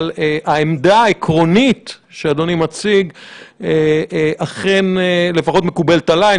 אבל העמדה העקרונית שאדוני מציג אכן לפחות מקובלת עליי.